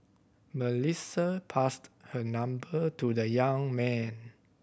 Melissa passed her number to the young man